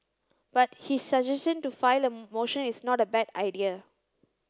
but his suggestion to file a motion is not a bad idea